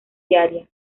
diaria